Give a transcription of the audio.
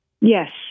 Yes